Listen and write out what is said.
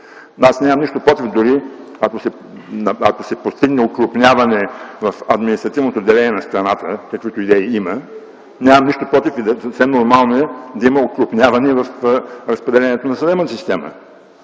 Нямам нищо против дори, ако се постигне окрупняване в административното деление на страната, каквито идеи има. Нямам нищо против, съвсем нормално е да има окрупняване и в разпределението на съдебната система.